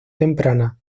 temprana